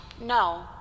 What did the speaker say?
No